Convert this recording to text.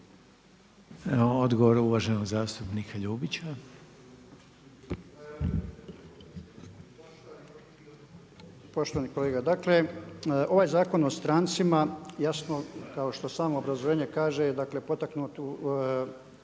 Odgovor uvaženog zastupnika Ljubića. **Ljubić, Božo (HDZ)** Poštovani kolega, dakle ovaj Zakon o strancima jasno kao što samo obrazloženje kaže, dakle potaknut